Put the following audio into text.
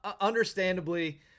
Understandably